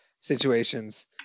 situations